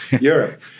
Europe